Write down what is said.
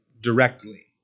directly